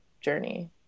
journey